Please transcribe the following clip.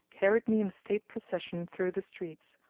carried me in state procession through the streets',